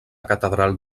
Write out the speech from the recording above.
catedral